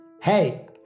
Hey